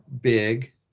big